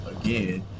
again